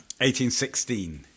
1816